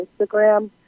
Instagram